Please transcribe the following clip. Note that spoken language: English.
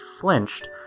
flinched